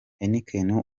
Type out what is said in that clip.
heineken